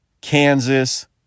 Kansas